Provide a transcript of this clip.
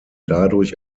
dadurch